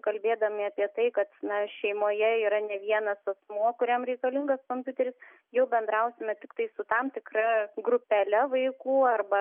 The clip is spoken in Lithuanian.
kalbėdami apie tai kad šeimoje yra ne vienas asmuo kuriam reikalingas kompiuteris jau bendrausime tiktai su tam tikra grupele vaikų arba